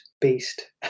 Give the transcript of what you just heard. beast